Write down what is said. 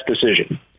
decision